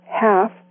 half